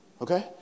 Okay